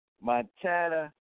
Montana